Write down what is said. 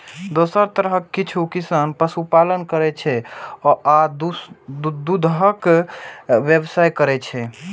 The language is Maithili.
दोसर तरफ किछु किसान पशुपालन करै छै आ दूधक व्यवसाय करै छै